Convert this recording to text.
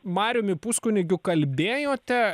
mariumi puskunigiu kalbėjote